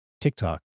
TikTok